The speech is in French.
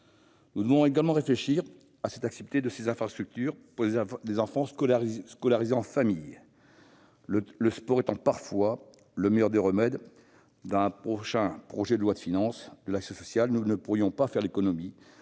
Nous devons également réfléchir à l'accessibilité de ces infrastructures pour les enfants scolarisés en famille. Le sport étant parfois le meilleur des remèdes, dans le prochain projet de loi de financement de la sécurité sociale, nous ne pourrons faire l'économie